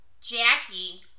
Jackie